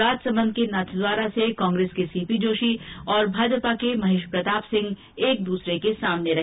राजसमंद के नाथद्वारा से कांग्रेस के सीपी जोशी और भाजपा के महेश प्रताप सिंह एक दूसरे के प्रतिद्वदी रहे